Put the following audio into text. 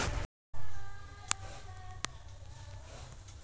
खेत में पर्यावरण के संतुलन बना के रखल जा हइ